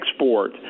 export